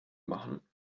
machen